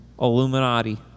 Illuminati